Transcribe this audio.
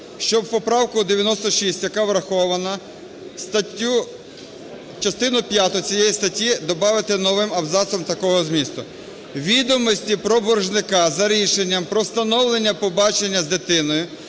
що в поправку 96, яка врахована, в статтю... частину п'яту цієї статті добавити новим абзацом такого змісту: "Відомості про боржника за рішенням про встановлення побачення з дитиною